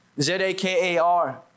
Z-A-K-A-R